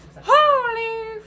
holy